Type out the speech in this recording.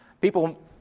People